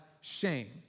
shame